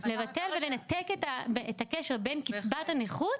לבטל ולנתק את הקשר בין קצבת הנכות